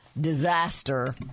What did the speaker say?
Disaster